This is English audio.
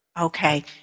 Okay